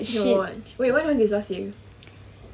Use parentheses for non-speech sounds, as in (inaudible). (noise) when was this last year